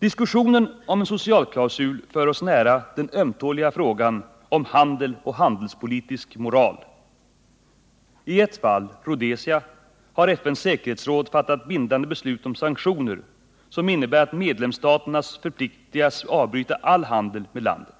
Diskussionen om en socialklausul för oss nära den ömtåliga frågan om handel och handelspolitisk moral. I ett fall, Rhodesia, har FN:s säkerhetsråd fattat bindande beslut om sanktioner, som innebär att medlemsstaterna förpliktigas avbryta all handel med landet.